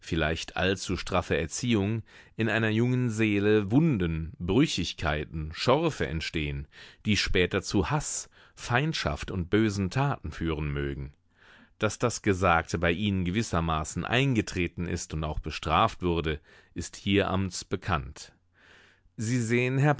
vielleicht allzu straffe erziehung in einer jungen seele wunden brüchigkeiten schorfe entstehen die später zu haß feindschaft und bösen taten führen mögen daß das gesagte bei ihnen gewissermaßen eingetreten ist und auch bestraft wurde ist hieramts bekannt sie sehen